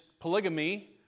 polygamy